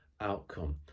outcome